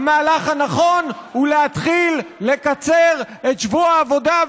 המהלך הנכון הוא להתחיל לקצר את שבוע העבודה,